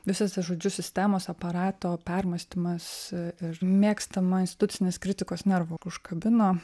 visas tas žodžiu sistemos aparato permąstymas ir mėgstamą institucinės kritikos nervą užkabino